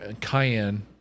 cayenne